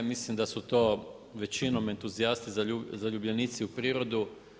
Mislim da su to većinom entuzijasti, zaljubljenici u prirodu.